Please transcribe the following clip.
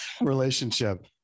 relationship